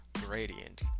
gradient